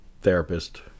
therapist